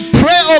pray